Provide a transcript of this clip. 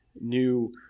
new